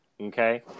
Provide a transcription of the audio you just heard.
okay